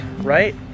right